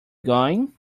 going